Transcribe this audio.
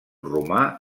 romà